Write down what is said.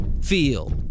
feel